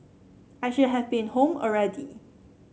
I should have been home already